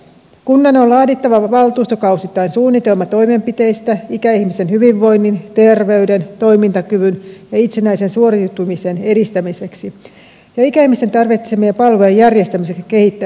kunnan on laadittava valtuustokausittain suunnitelma toimenpiteistä ikäihmisen hyvinvoinnin terveyden toimintakyvyn ja itsenäisen suoriutumisen edistämiseksi ja ikäihmisen tarvitsemien palvelujen järjestämiseksi ja kehittämiseksi